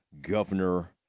governor